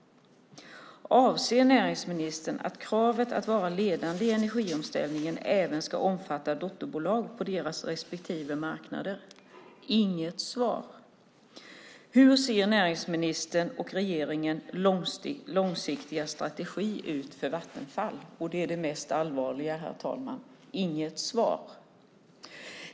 Avser näringsministern att kravet att vara ledande i energiomställningen även ska omfatta dotterbolag på deras respektive marknader? Inget svar. Hur ser näringsministerns och regeringens långsiktiga strategi ut för Vattenfall? Det är det mest allvarliga, herr talman. Inget svar.